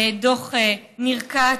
דוח ניר כץ,